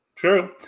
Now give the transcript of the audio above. True